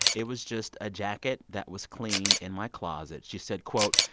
it was just a jacket that was clean in my closet. she said, quote,